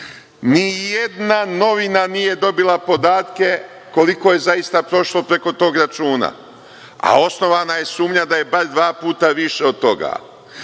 Ni jedna novina nije dobila podatke koliko je zaista prošlo preko tog računa, a osnovana je sumnja da je bar dva puta više od toga. Cela